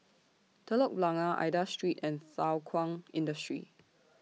Telok Blangah Aida Street and Thow Kwang Industry